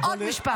עוד משפט.